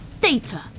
data